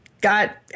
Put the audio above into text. got